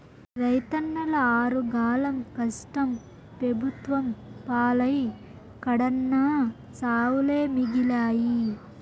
రైతన్నల ఆరుగాలం కష్టం పెబుత్వం పాలై కడన్నా సావులే మిగిలాయి